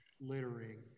littering